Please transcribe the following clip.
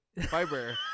fiber